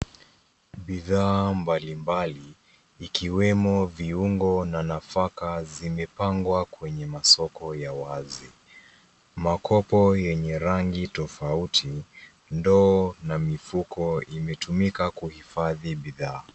Bidhaa mbalimbali ikiwemo viungo na nafaka zimepangwa kwenye masoko ya wazi. Makopo yenye rangi tofauti , ndoo na mifuko imetumika kuhifadhi bidhaa.